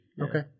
Okay